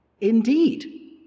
Indeed